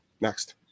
Next